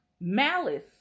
malice